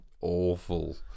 awful